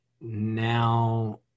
now